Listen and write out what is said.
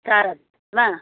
चार हजारमा